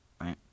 right